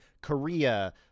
Korea